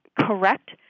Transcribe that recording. correct